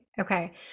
Okay